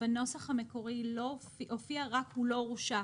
בנוסח המקורי הופיע רק 'הוא לא הורשע',